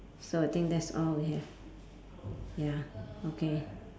so I think that's all we have ya okay